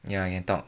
ya you can talk